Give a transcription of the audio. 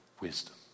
Wisdom